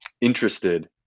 interested